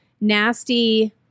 nasty